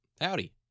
howdy